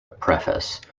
preface